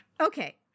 Okay